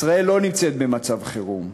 ישראל לא נמצאת במצב חירום,